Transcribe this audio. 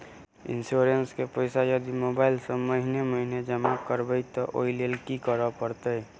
Insurance केँ पैसा यदि मोबाइल सँ महीने महीने जमा करबैई तऽ ओई लैल की करऽ परतै?